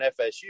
FSU